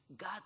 God